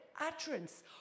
utterance